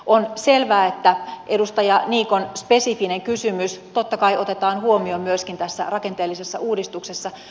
on selvää että edustaja niikon spesifinen kysymys totta kai otetaan huomioon myöskin tässä rakenteellisessa uudistuksessa